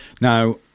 now